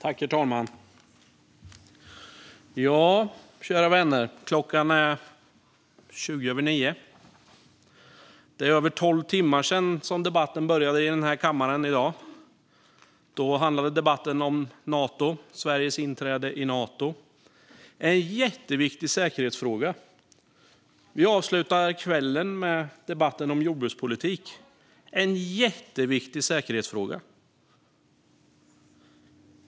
Herr talman! Kära vänner! Klockan är tjugo över nio. Det är över tolv timmar sedan debatten började i den här kammaren i dag. Då handlade debatten om Sveriges inträde i Nato - en jätteviktig säkerhetsfråga. Vi avslutar kvällen med debatten om jordbrukspolitik - en jätteviktig säkerhetsfråga.